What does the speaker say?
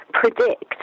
predict